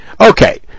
Okay